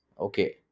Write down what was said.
Okay